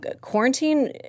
quarantine